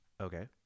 Okay